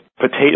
potato